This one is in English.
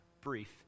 Brief